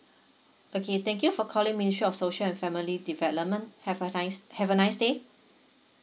okay thank you for calling ministry of social and family development have a nice have a nice day